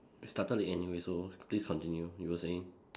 started it anyway so please continue you were saying